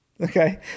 Okay